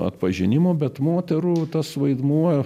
atpažinimo bet moterų tas vaidmuo